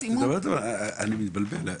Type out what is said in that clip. אני מתבלבל.